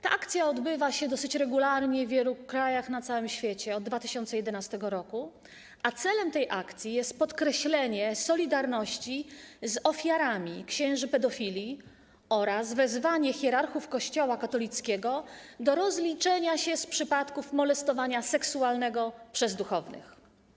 Ta akcja odbywa się dosyć regularnie w wielu krajach na całym świecie od 2011 r., a celem tej akcji jest podkreślenie solidarności z ofiarami księży pedofili oraz wezwanie hierarchów Kościoła katolickiego do rozliczenia się z przypadków molestowania seksualnego przez duchownych.